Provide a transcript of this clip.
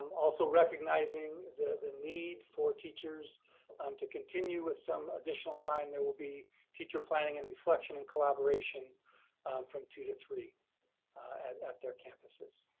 um also recognizing the need for teachers to continue with some additional time, there will be teacher planning and reflection and collaboration from two to three at at their campuses.